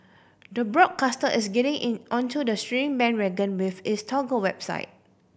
the broadcaster is getting in onto the streaming bandwagon with its Toggle website